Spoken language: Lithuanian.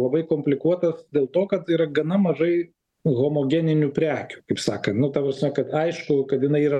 labai komplikuotas dėl to kad yra gana mažai homogeninių prekių kaip sakant nu ta prasme kad aišku kad jinai yra